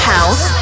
House